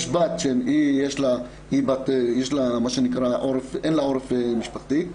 יש בת שאין לה עורף משפחתי,